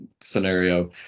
scenario